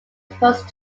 supposed